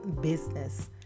business